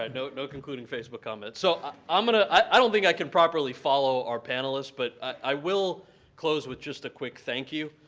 no no concluding facebook comments. so um and i don't think i can properly follow our panelists, but i will close with just a quick thank you.